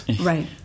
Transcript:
Right